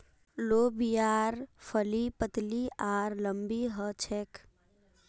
लोबियार फली पतली आर लम्बी ह छेक